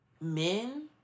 men